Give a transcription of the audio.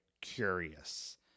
curious